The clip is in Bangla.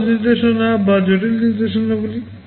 সহজ নির্দেশনা বা জটিল নির্দেশাবলী